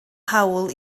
hawl